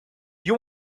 you